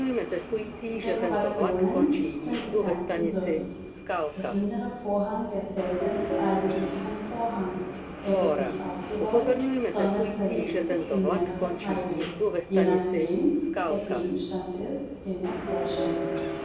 die dekorationen sind des ganzen würdig der hintere vorhang derselben ist eigentlich kein vorhang er wird nicht aufgerollt sondern zerlegt sich in mehrere teile je nachdem der gegenstand ist den er vorstellt